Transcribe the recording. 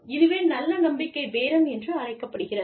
இதுவே நல்ல நம்பிக்கை பேரம் என்று அழைக்கப்படுகிறது